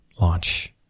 launch